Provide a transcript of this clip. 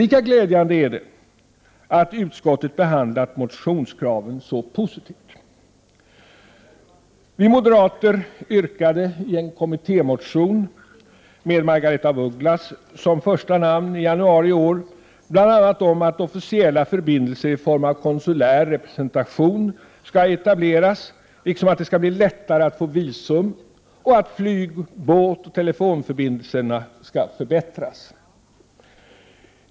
Lika glädjande är att utskottet behandlat motionskraven positivt. Vi moderater yrkade i en kommittémotion, med Margaretha af Ugglas som första namn, i januari i år bl.a. att officiella förbindelser i form av konsulär representation skall etableras liksom att det skall bli lättare att få visum samt att flyg-, båtoch telefonförbindelserna skall förbättras.